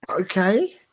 Okay